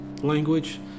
language